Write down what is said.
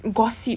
gossip